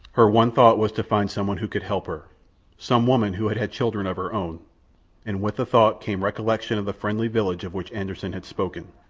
her one thought was to find some one who could help her some woman who had had children of her own and with the thought came recollection of the friendly village of which anderssen had spoken.